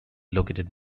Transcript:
located